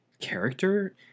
character